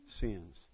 sins